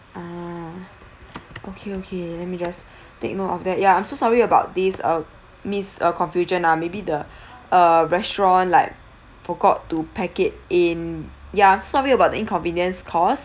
ah okay okay let me just take note of that ya I'm so sorry about this uh miss uh confusion ah maybe the err restaurant like forgot to pack it in ya I'm sorry about the inconvenience caused